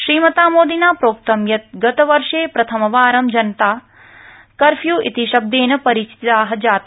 श्रीमता मोदिना प्रोक्तं यत् गतवर्षे प्रथमवारं जना जनता कर्फ्यू इति शब्देन परिचिता जाता